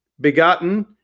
begotten